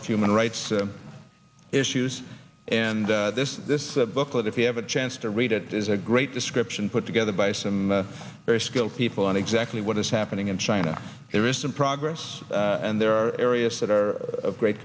of human rights issues and this this booklet if you have a chance to read it is a great description put together by some very skilled people on exactly what is happening in china there is some progress and there are areas that are of great